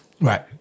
Right